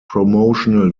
promotional